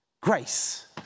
grace